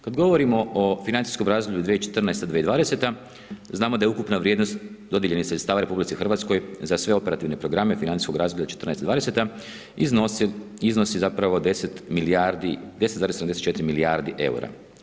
Kada govorimo o financijskom razdoblju 2014.-2020. znamo da je ukupna vrijednost dodijeljenih sredstava RH za sve operativne programe financijskog razdoblja '14.-'20. iznosi 10 milijardi 10,74 milijardi eura.